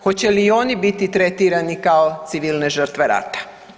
Hoće li i oni biti tretirani kao civilne žrtve rata?